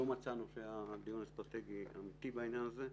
ולא מצאנו שהיה דיון אסטרטגי אמיתי בעניין הזה.